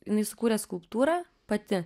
jinai sukūrė skulptūrą pati